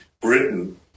Britain